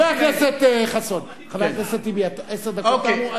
חבר הכנסת טיבי, עשר דקות תמו.